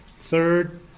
Third